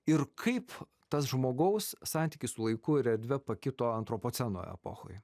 ir kaip tas žmogaus santykis su laiku ir erdve pakito antropoceno epochoj